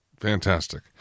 Fantastic